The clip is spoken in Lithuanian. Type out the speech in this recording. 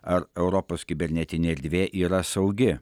ar europos kibernetinė erdvė yra saugi